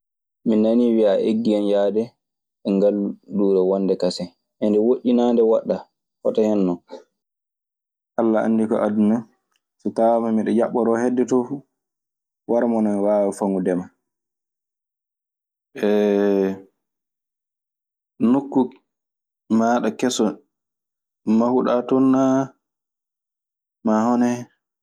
"Mi nanii wiyaa eggen yahde e ngalluure wonde kasen. E'nde woɗɗii naa, nde woɗɗaa? Hoto hen non?"